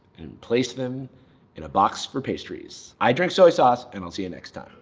and place them in a box for pastries. i drank soy sauce and i'll see you next time